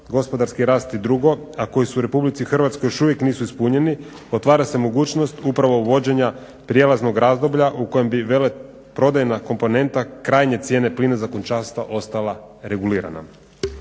gospodarski rast i drugo, a koji su u RH još uvijek nisu ispunjeni, otvara se mogućnost upravo uvođenja prijelaznog razdoblja u kojem bi veleprodajna komponenta krajnje cijene plina za kućanstva ostala regulirana.